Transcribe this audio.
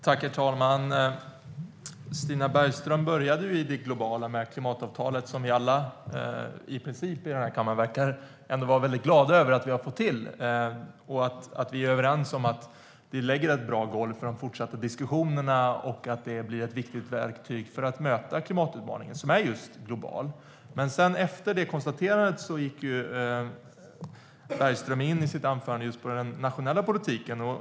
Herr talman! Stina Bergström började sitt anförande med att tala om klimatavtalet, vilket i princip alla i kammaren verkar vara glada över att det kommit på plats. Vi är överens om att det lägger ett bra golv för de fortsatta diskussionerna och blir ett viktigt verktyg för att möta klimatutmaningen, som ju är global. Efter det konstaterandet gick Bergström in på den nationella politiken.